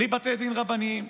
בלי בתי דין רבניים.